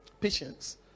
Patience